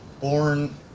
born